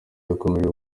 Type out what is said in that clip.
yakomeje